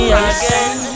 again